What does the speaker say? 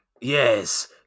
Yes